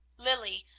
lilly,